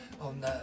On